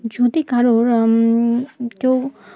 যদি কারোর কেউ